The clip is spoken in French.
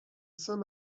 saint